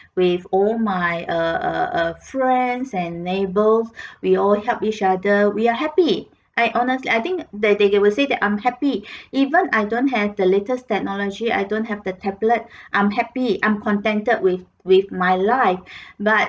with all my uh uh uh friends and neighbors we all help each other we are happy I honestly I think they they will say that I'm happy even I don't have the latest technology I don't have the tablet I'm happy I'm contented with with my life but